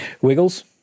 Wiggles